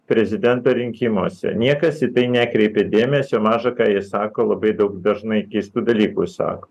prezidento rinkimuose niekas į tai nekreipė dėmesio maža ką ji sako labai daug dažnai keistų dalykų jis sako